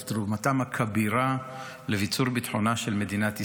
על תרומתם הכבירה לביצור ביטחונה של מדינת ישראל.